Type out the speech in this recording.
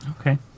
Okay